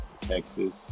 Texas